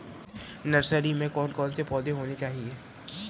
Nursery में कौन कौन से पौधे होने चाहिए?